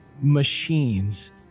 machines